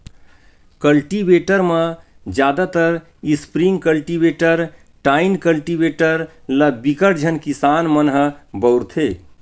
cultivator म जादातर spring cultivator, tine cultivator ल बिकट झन किसान मन ह बउरथे